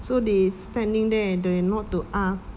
so they standing there and dare not to ask